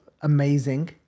amazing